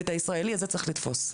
ואת הישראלי הזה צריך לתפוס.